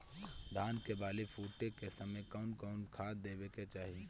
धान के बाली फुटे के समय कउन कउन खाद देवे के चाही?